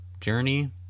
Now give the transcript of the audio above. journey